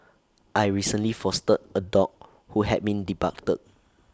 I recently fostered A dog who had been debarked